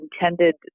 intended